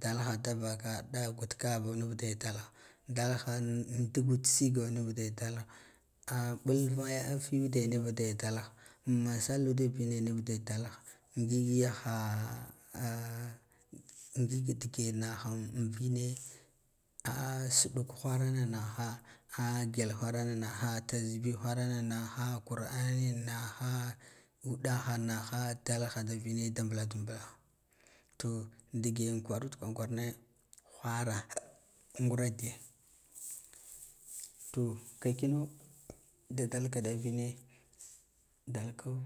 Dalha da vaka ɗa gud kabo nuvude dalha dalhan anna andugud sigo muvube dalha ɓul mayafiyode dalha am-mun sallad vi ne dalha ngig yaha ngigdigen na han vine ah suɗul wharana naha ah ga wharana naha tarbi wharan naha ah kur'ani naha udaha n naha dal ha da vine da mbuladu bula ha to digen kwarud kwaran kwarane whara ngura diye to ka kino da duka da vine dalko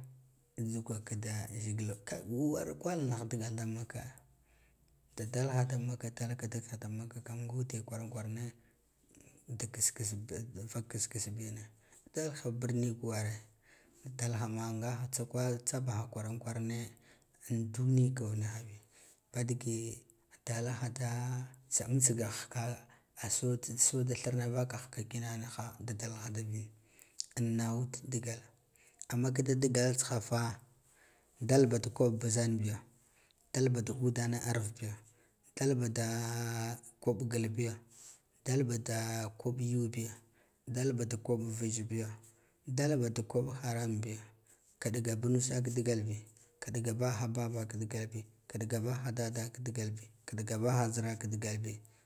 jhugwaka da zigilo kai war kwar nah gigal da makka da dalha da makka dalha dikha da makka kam ugude da kwaran kwarane dik kass kass bi vak kass kass bina dalha da birni ki ware dalhama ngha tsa kal tsabaha kwaren kwaren an duniko niha bi ngade dalha da tsumitsigahkla soti so da yarna vakahakakin niha da dalha da bvin an naghud digal amma kida digal tsihafa dalba ti koɓ buzan biya dal ba duge dane aiv biyo dalha da kob gilbiyo dal bada kab gubiya dalba da koɓ vizhigo dalba da haram biya kaɗga ba nusa ka digalbi kiɗga ba ina babaki digalbi kiɗga baha dada ki da galbi kiɗga baha zira ka digalɓi